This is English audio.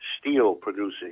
steel-producing